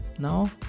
Now